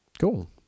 cool